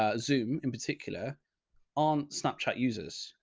ah zoom in particular aren't snapchat users.